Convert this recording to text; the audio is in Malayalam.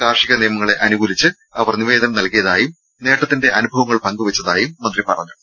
കാർഷിക നിയമങ്ങളെ അനുകൂലിച്ച് അവർ നിവേദനം നൽകിയതായും നേട്ടത്തിന്റെ അനുഭവങ്ങൾ പങ്കുവെച്ചതായും മന്ത്രി പറഞ്ഞു